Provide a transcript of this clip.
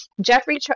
Jeffrey